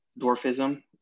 dwarfism